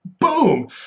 Boom